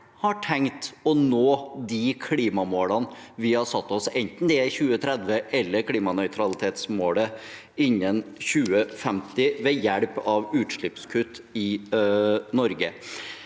har tenkt å nå de klimamålene vi har satt oss, enten det er i 2030 eller klimanøytralitetsmålet innen 2050, ved hjelp av utslippskutt i Norge.